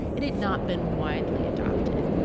it had not been widely adopted,